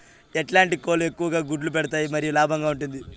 ఎట్లాంటి కోళ్ళు ఎక్కువగా గుడ్లు పెడతాయి మరియు లాభంగా ఉంటుంది?